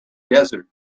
desert